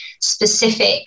specific